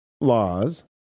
laws